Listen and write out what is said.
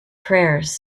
prayers